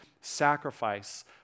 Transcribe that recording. sacrifice